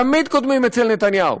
תמיד קודמים אצל נתניהו.